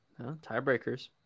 Tiebreakers